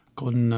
con